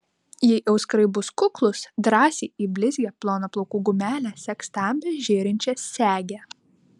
jei auskarai bus kuklūs drąsiai į blizgią ploną plaukų gumelę sek stambią žėrinčią segę